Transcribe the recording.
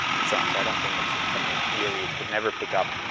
and so on. so i don't think it's something in theory, it could never pick up,